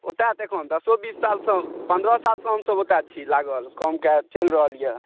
ओतय तऽ एखन दसो बीसो सालसँ पन्द्रह सालसँ हमसभ ओतय छी लागल काम काज चलि रहल यए